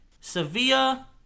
Sevilla